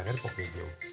ଆମେ ପକେଇ ଦିଅଉ